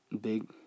big